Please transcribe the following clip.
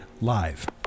live